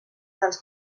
dels